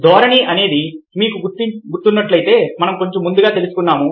ధోరణి అనేది మీకు గుర్తున్నట్లయితే మనం కొంచెం ముందుగా తెలుసుకున్నాము